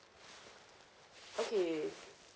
okay